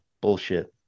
bullshit